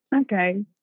Okay